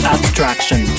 Abstraction